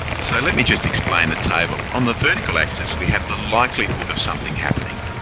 so let me just explain the table. on the vertical axis, we have the likelihood of something happening.